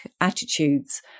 attitudes